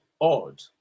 odd